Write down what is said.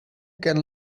can